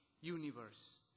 universe